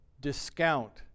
discount